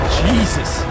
jesus